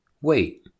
Wait